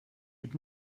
had